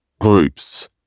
groups